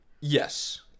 Yes